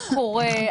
מה קורה,